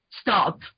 stop